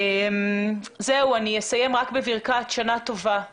אני אסיים בברכת שנה טובה לכולם,